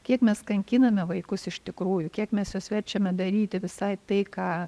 kiek mes kankiname vaikus iš tikrųjų kiek mes juos verčiame daryti visai tai ką